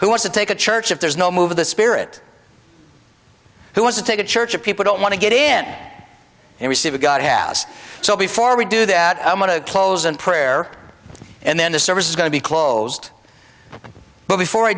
who wants to take a church if there's no move of the spirit who was to take a church a people don't want to get n and receive a god has so before we do that i'm going to close in prayer and then the service is going to be closed and before i